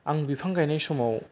आं बिफां गायनाय समाव